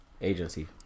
agency